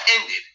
ended